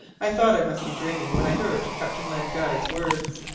i thought i must be dreaming when i heard captain len guy's words.